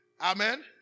Amen